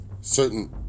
certain